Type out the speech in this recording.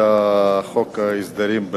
על חוק ההסדרים.